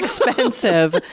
expensive